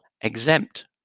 exempt